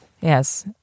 Yes